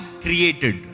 created